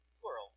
plural